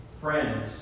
Friends